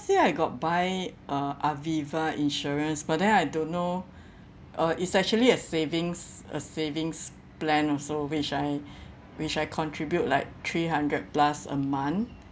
year I got buy uh Aviva insurance but then I don't know uh it's actually a savings a savings plan also which I which I contribute like three hundred plus a month